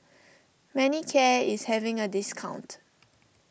Manicare is having a discount